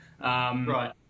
Right